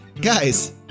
guys